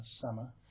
summer